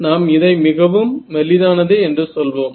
நாம் இதை மிகவும் மெலிதானது என்று சொல்வோம்